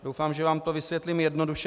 Doufám, že vám to vysvětlím jednoduše.